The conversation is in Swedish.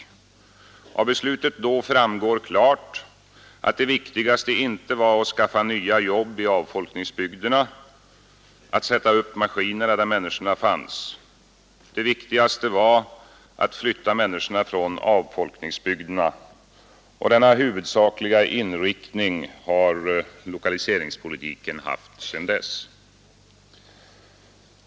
Av beslutet då framgår klart att det viktigaste inte var att skaffa nya jobb i avfolkningsbygderna — att sätta upp maskinerna där människorna fanns. Det viktigaste var att flytta människorna från avfolkningsbygderna. Denna huvudsakliga inriktning har lokaliseringspolitiken haft sedan dess.